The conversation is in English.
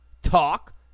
talk